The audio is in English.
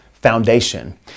foundation